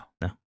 no